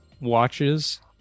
watches